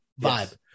vibe